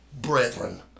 brethren